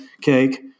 cake